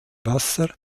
wasser